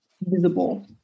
visible